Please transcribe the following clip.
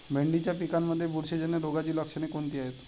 भेंडीच्या पिकांमध्ये बुरशीजन्य रोगाची लक्षणे कोणती आहेत?